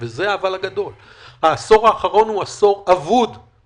ההישג האדיר מלפני שנה וחצי כאשר הממשל